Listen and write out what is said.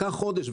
לקח חודש.